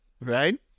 right